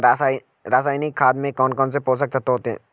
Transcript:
रासायनिक खाद में कौन कौन से पोषक तत्व होते हैं?